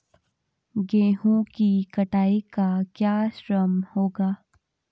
गेहूँ की कटाई का क्या श्रम होगा?